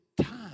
time